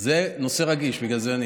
זה נושא רגיש בגלל זה,